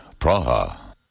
Praha